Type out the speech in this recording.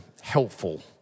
helpful